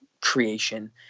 creation